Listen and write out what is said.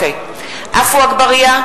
(קוראת בשמות חברי הכנסת) עפו אגבאריה,